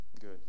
Good